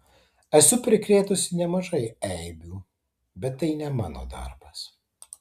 esu prikrėtusi nemažai eibių bet tai ne mano darbas